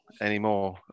Anymore